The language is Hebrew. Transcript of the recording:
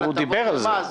על הטבות מס,